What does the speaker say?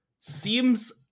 seems